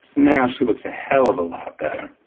now, she looks a hell of a lot better,